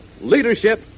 leadership